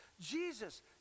Jesus